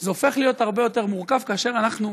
זה הופך להיות הרבה יותר מורכב כאשר אנחנו,